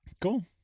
Cool